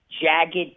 Jagged